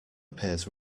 appears